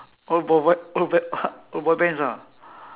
old bo~ what old ba~ old boy bands ah